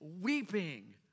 weeping